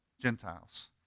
Gentiles